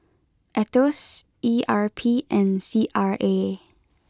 Aetos E R P and C R A